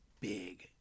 big